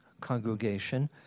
congregation